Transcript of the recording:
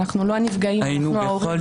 אנחנו לא הנפגעים, אנחנו ההורים.